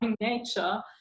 nature